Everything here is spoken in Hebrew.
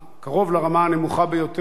קרוב לרמה הנמוכה ביותר,